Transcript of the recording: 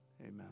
Amen